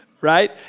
right